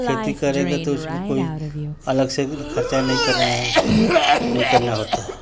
खेती करेंगे तो उसमें कोई अलग से भी खर्चा नहीं करना है नहीं करना होता है